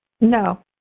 No